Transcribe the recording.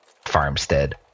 farmstead